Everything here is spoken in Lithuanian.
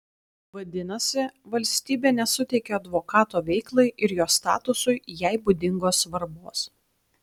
vadinasi valstybė nesuteikia advokato veiklai ir jo statusui jai būdingos svarbos